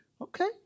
Okay